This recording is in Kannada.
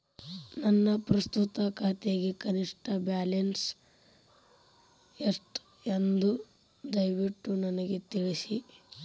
ನನ್ನ ಪ್ರಸ್ತುತ ಖಾತೆಗೆ ಕನಿಷ್ಟ ಬ್ಯಾಲೆನ್ಸ್ ಎಷ್ಟು ಎಂದು ದಯವಿಟ್ಟು ನನಗೆ ತಿಳಿಸಿ